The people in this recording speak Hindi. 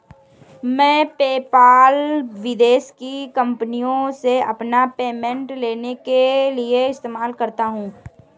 मैं पेपाल विदेश की कंपनीयों से अपना पेमेंट लेने के लिए इस्तेमाल करता हूँ